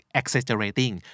exaggerating